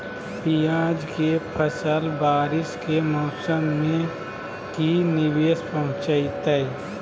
प्याज के फसल बारिस के मौसम में की निवेस पहुचैताई?